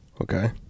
Okay